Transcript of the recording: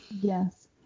Yes